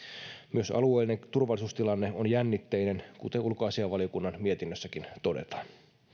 myös alueellinen turvallisuustilanne on jännitteinen kuten ulkoasiainvaliokunnan mietinnössäkin todetaan